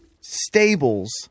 stables